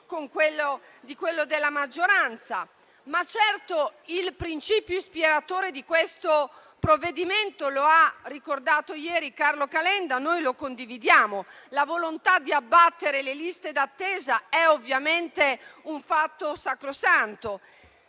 maggioranza. Il principio ispiratore di questo provvedimento lo ha ricordato ieri Carlo Calenda e noi lo condividiamo. La volontà di abbattere le liste d'attesa è ovviamente un fatto sacrosanto,